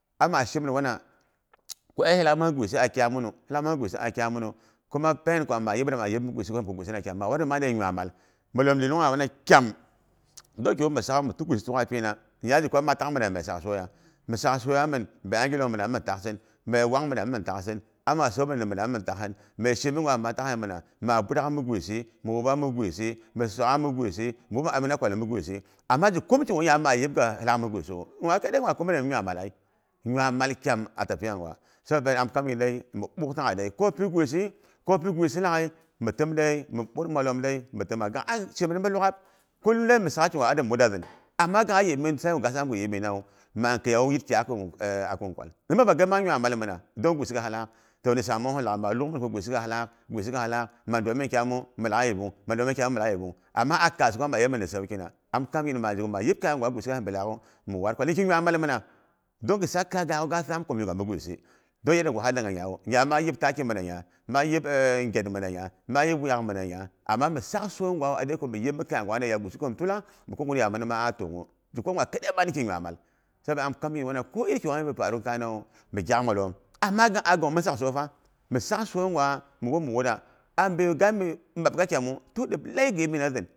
Ama shemin awana ko ai alaak mang gwisi a kyam wunu. Hi laak mang gwisi a kyam wunu. Kuma pen kwama yep da ma yepha mi gwisi gohina kyam. Ma warmin wana mang nyuaimal malom linungha kyam, dong kyom mi sa'gha mi tak gwihi tuga kyam a pina, nyagikwa maa tak mina nime sak soiya? Mi sak soiyamin, sak bei angilong mina mi mi takhin, mbei way nuna mi mi taksin? Ama me so pay ming mi mitakhin, me shinbingwa maa takhin mina? Maa burak mi gwisi, mi wuba mi gwisi, mi sokgha mi gwisi mi wup mi amina kwal mi gwisi. Amma gi kum kigu maa yibga ko alaak mi gwisiwu, kingwa kadai ma kumi de nywa mal ai, nyawaimal kyam a tapiya gwa, kulum dai mi sakki gwa a dami wudazin, ama ga yipm a sa'iga ga sam ku gi yipminawu maang khiyanu gitkyak kin kual, mi manbba gin mang nynai mal mina dong gwisi gah laak, toh ni samanghohin laghai maa lungha ko gwisi ga laak, gwisi ga laak, ma duamin kyamu mi lak yebong, ma dwamin kyamu mi lak yebong, ama a kaas kuma ma yepmin saukina. Am kam gin mazhiko ma yep kayangwa, gwisiga mbi lak'ghu mi war ko niki nywai malming. Dang ghi sak kaya ga'gluwi ga saam komi yepga mi gwisi dong yanda ga ha danga nyawu. Nyama yip taki mina nya? Ma yep ngyat mina nya? Ma yep wuyak mina nya? Ama mi sak soi gwa yadei mi yipmi kaya gom gwana yadei ko gwisi ghom tula mi kuk ti nyin tu'gh. Gi kwa ngwa kadai ma niki nwamal, gabi an kam gin wana ko iri kigwa bi paru kainawu mi kwak malom. Ama kang'a gongmx sakgoi fa, mi saksoi ngwa mi wuba mi wura abi gaanu ga tu diplei gi yipminazin.